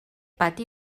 pati